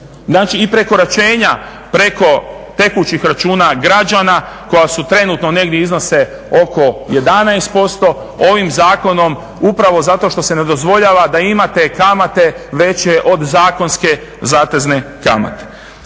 Znači i prekoračenja preko tekućih računa građana koja su trenutno negdje iznose oko 11% ovim zakonom upravo zato što se ne dozvoljava da imate kamate veće od zakonske zatezne kamate.